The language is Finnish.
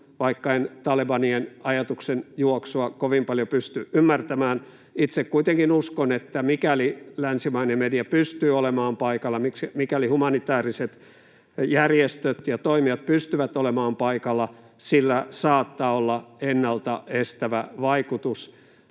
Vaikka en talebanien ajatuksenjuoksua kovin paljon pysty ymmärtämään, itse kuitenkin uskon, että mikäli länsimainen media pystyy olemaan paikalla ja mikäli humanitääriset järjestöt ja toimijat pystyvät olemaan paikalla, sillä saattaa olla ennalta estävä vaikutus